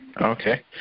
Okay